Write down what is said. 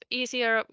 easier